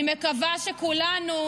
תודה רבה.